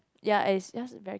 ya it is just very